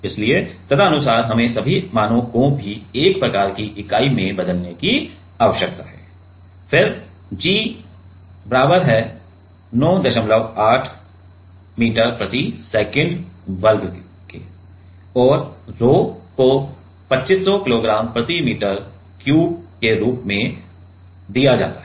इसलिए तदनुसार हमें सभी मानों को भी एक प्रकार की इकाई में बदलने की आवश्यकता है फिर g बराबर 98 मीटर प्रति सेकंड वर्ग में और rho को 2500 किग्रा प्रति मीटर क्यूब के रूप में दिया जाता है